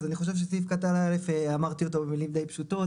אז אני חושב שסעיף קטן א' אמרתי אותו במילים די פשוטות,